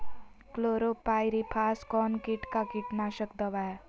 Chlorpyrifos कौन किट का कीटनाशक दवा है?